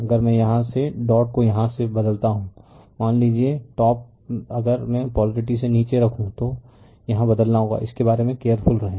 अगर मैं यहां से डॉट को यहां से बदलता हूं मान लीजिए रिफर टाइम 3301 टॉप अगर मैं पोलारिटी से नीचे रखूं तो यहां बदलना होगा इसके बारे में केयरफुल रहें